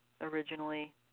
originally